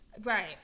Right